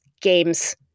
games